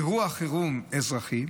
אירוע חירום אזרחי,